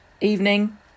Evening